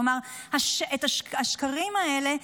כלומר השקרים האלה,